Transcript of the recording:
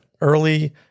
early